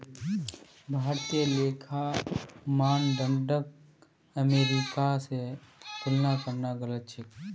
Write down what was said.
भारतीय लेखा मानदंडक अमेरिका स तुलना करना गलत छेक